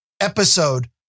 episode